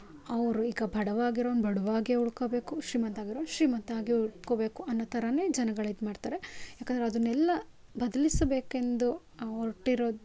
ಅವರು ಈಗ ಬಡವ ಆಗಿರೋನು ಬಡವ ಆಗೇ ಉಳ್ಕೋಬೇಕು ಶ್ರೀಮಂತ ಆಗಿರೋನು ಶ್ರೀಮಂತ ಆಗೇ ಉಳ್ಕೋಬೇಕು ಅನ್ನೋ ಥರಾನೇ ಜನಗಳು ಇದು ಮಾಡ್ತಾರೆ ಯಾಕಂದರೆ ಅದನ್ನೆಲ್ಲ ಬದಲಿಸಬೇಕೆಂದು ಹೊರ್ಟಿರೋದ್